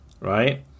right